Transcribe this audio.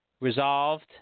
resolved